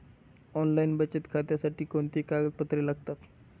Online बचत खात्यासाठी कोणती कागदपत्रे लागतात?